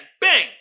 bang